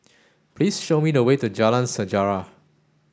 please show me the way to Jalan Sejarah